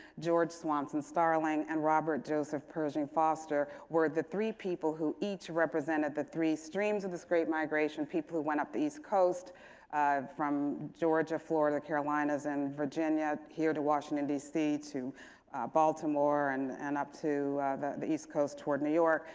george swanson starling and robert joseph pershing foster were the three people who each represented the three streams of this great migration, people who went up the east coast from georgia, florida, the carolinas, and virginia, here to washington, d c. to baltimore and and up to the the east coast toward new york.